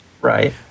Right